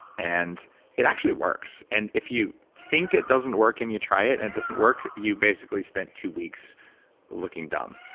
and it actually works and if you think it doesn't work, and you try it and it doesn't work, you basically spent two weeks looking dumb.